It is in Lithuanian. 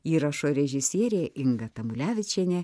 įrašo režisierė inga tamulevičienė